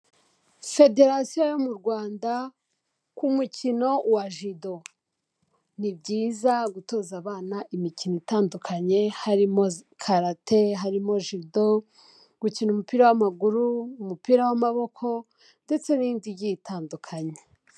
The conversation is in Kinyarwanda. Federasiyo yo mu Rwanda ku mukino wa jido, ni byiza gutoza abana imikino itandukanye, harimo karate, harimo jido, gukina umupira w'amaguru, umupira w'amaboko, ndetse n'indi igiye itandukanye.